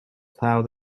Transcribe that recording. plough